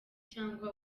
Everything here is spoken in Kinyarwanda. cyangwa